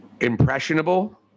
Impressionable